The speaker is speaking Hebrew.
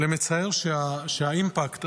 מצער שהאימפקט,